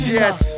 yes